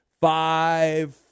five